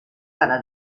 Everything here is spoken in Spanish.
para